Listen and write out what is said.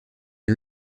est